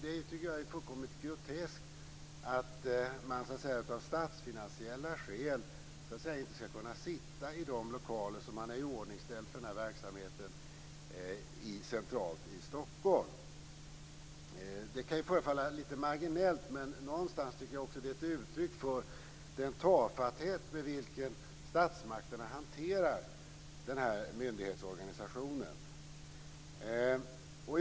Det är fullkomligt groteskt att man av statsfinansiella skäl inte skall kunna sitta i de lokaler som har iordningställts för den här verksamheten centralt i Stockholm. Det kan förefalla marginellt, men någonstans är det ett uttryck för den tafatthet med vilken statsmakterna hanterar den här myndighetsorganisationen.